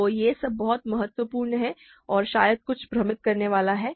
तो यह सब बहुत महत्वपूर्ण है और शायद कुछ भ्रमित करने वाला है